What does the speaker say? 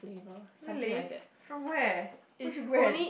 really from where which brand